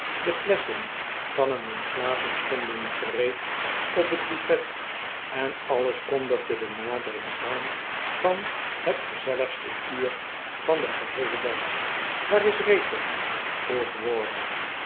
de flesschen kannen en glazen stonden gereed op het buffet en alles kondigde de hadering aan van het gezelligste uur van den geheelen dag waar is rachel vroeg